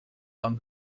abend